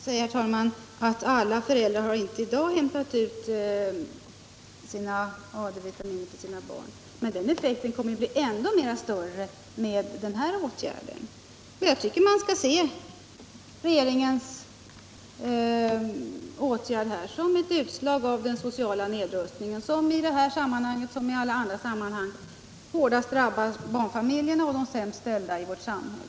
Herr talman! Statsrådet Troedsson säger att i dag har inte alla föräldrar hämtat ut AD-vitaminer till sina barn. Antalet barn som inte får AD vitaminer kommer att bli ännu större genom den här åtgärden. Jag tycker att man skall se regeringens åtgärd som ett utslag av den sociala nedrustningen, vilken i det här sammanhanget, som i alla andra, hårdast drabbar barnfamiljerna och de sämst ställda i vårt samhälle.